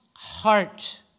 Heart